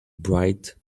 bright